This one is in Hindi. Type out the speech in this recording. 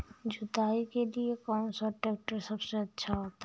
जुताई के लिए कौन सा ट्रैक्टर सबसे अच्छा होता है?